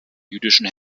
jüdischen